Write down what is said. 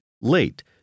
late